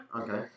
Okay